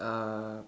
uh